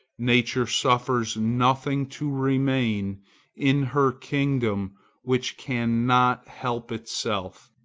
nature suffers nothing to remain in her kingdoms which cannot help itself.